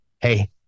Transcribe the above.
hey